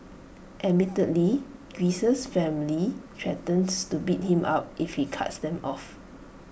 admittedly Greece's family threatens to beat him up if he cuts them off